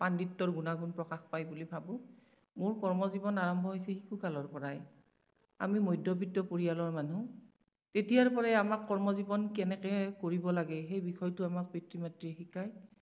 পাণ্ডিত্যৰ গুণা গুণ প্ৰকাশ পাই বুলি ভাবোঁ মোৰ কৰ্মজীৱন আৰম্ভ হৈছিল শিশুকালৰ পৰাই আমি মধ্যবিত্ত পৰিয়ালৰ মানুহ তেতিয়াৰ পৰাই আমাৰ কৰ্মজীৱন কেনেকে কৰিব লাগে সেই বিষয়টো আমাক পিতৃ মাতৃয়ে শিকায়